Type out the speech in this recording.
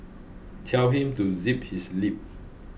tell him to zip his lip